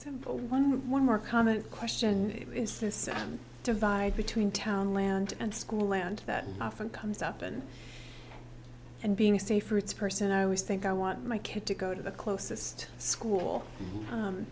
butler one one more common question is this divide between town land and school land that often comes up and and being safe routes person i always think i want my kid to go to the closest school